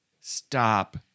stop